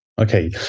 Okay